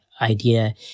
idea